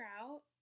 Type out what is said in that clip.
out